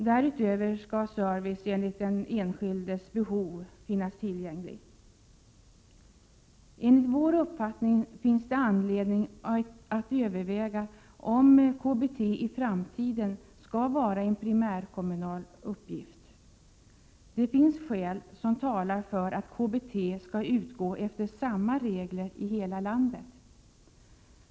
Därutöver skall service enligt den enskildes behov finnas tillgänglig. Enligt vår uppfattning finns det anledning att överväga om KBT i framtiden skall vara en primärkommunal uppgift. Det finns skäl som talar för att KBT skall utgå efter samma regler i hela landet.